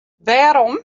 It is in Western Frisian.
wêrom